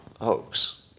hoax